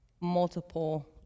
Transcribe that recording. multiple